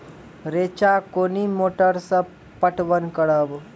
रेचा कोनी मोटर सऽ पटवन करव?